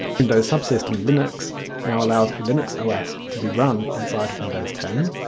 windows subsystem linux now allows a linux so os to be run inside of windows ten.